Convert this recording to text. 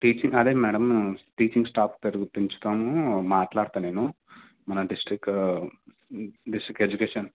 teaching అదే madam మన teaching staff పెరుగుతూ పెంచుతాము మాట్లాడతా నేను మన డిస్ట్రిక్ డిస్ట్రిక్ ఎడ్యుకేషన్